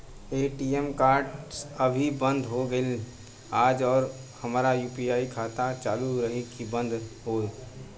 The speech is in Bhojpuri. ए.टी.एम कार्ड अभी बंद हो गईल आज और हमार यू.पी.आई खाता चालू रही की बन्द हो जाई?